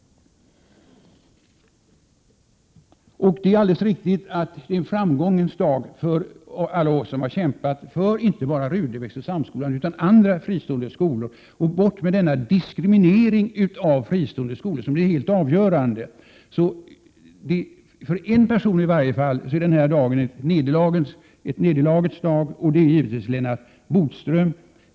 Det är alldeles riktigt att det är en framgångens dag för alla oss som har kämpat inte bara för Sigrid Rudebecks gymnasium och Samskolan, utan även för andra fristående skolor och för att vi skall få bort denna diskriminering av fristående skolor, vilket är en fråga som är helt avgörande. 131 För en person är den här dagen i varje fall en nederlagets dag, och det är givetvis Lennart Bodström det är fråga om.